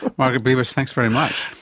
margaret beavis, thanks very much.